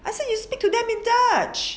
I say you speak to them in dutch